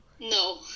No